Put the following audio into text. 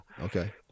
Okay